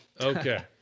Okay